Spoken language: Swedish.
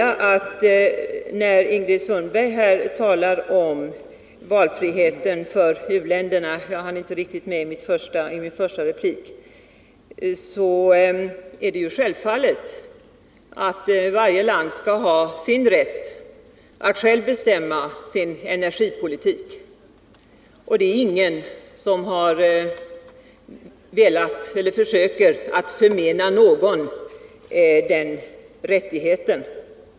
När Ingrid Sundberg här talar om valfriheten för u-länderna — jag hann inte riktigt med detta i min första replik — vill jag säga att det är givet att varje land skall ha rätt att självt bestämma sin energipolitik. Det är ingen som vill förmena något land den rätten.